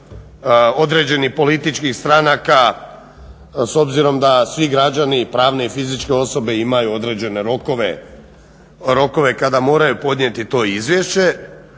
određenih političkih stranaka s obzirom da svi građani, prave i fizičke osobe imaju određene rokove kada moraju podnijeti to izvješće.